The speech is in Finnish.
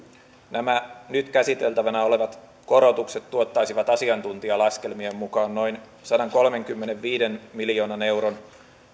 nämä nyt käsiteltävänä olevat korotukset tuottaisivat asiantuntijalaskelmien mukaan noin sadankolmenkymmenenviiden miljoonan euron